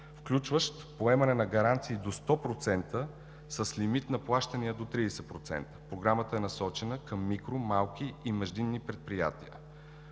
включващ поемане на гаранции до 100% с лимит на плащания до 30%. Програмата е насочена към микро-, малки и междинни предприятия.